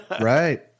Right